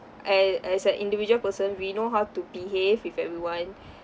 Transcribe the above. and as an individual person we know how to behave with everyone